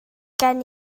gen